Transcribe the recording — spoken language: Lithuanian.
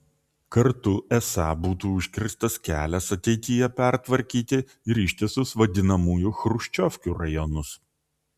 kartu esą būtų užkirstas kelias ateityje pertvarkyti ir ištisus vadinamųjų chruščiovkių rajonus